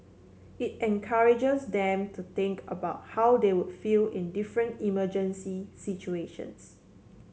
it encourages them to think about how they would feel in different emergency situations